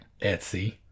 Etsy